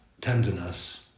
tenderness